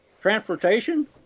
transportation